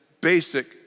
basic